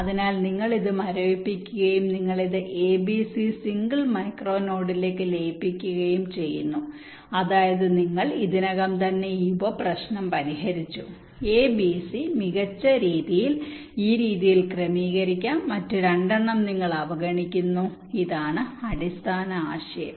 അതിനാൽ നിങ്ങൾ ഇത് മരവിപ്പിക്കുകയും നിങ്ങൾ ഇത് a b c single micro നോഡിലേക്ക് ലയിപ്പിക്കുകയും ചെയ്യുന്നു അതായത് നിങ്ങൾ ഇതിനകം തന്നെ ഈ ഉപ പ്രശ്നം പരിഹരിച്ചു a b c മികച്ച രീതിയിൽ ഈ രീതിയിൽ ക്രമീകരിക്കാം മറ്റ് രണ്ടെണ്ണം നിങ്ങൾ അവഗണിക്കുന്നു ഇതാണ് അടിസ്ഥാന ആശയം